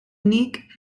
unique